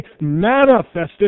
manifested